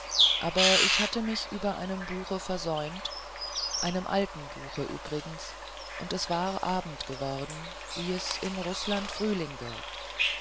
aber ich hatte mich über einem buche versäumt einem alten buche übrigens und es war abend geworden wie es in rußland frühling wird